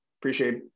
Appreciate